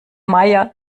meier